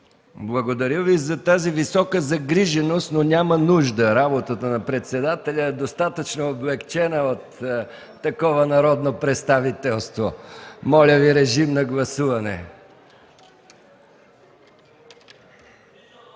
Благодаря Ви за тази висока загриженост, но няма нужда. Работата на председателя е достатъчно облекчена от такова народно представителство. Моля, гласувайте. Гласували